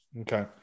okay